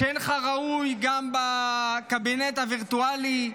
שאינך ראוי גם בקבינט הווירטואלי,